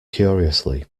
curiously